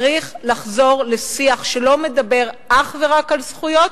צריך לחזור לשיח שלא מדבר אך ורק על זכויות,